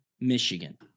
Michigan